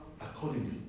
accordingly